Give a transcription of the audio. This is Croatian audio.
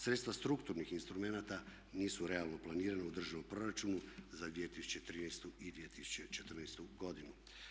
Sredstva strukturnih instrumenata nisu realno planirana u državnom proračunu za 2013. i 2014. godinu.